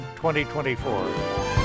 2024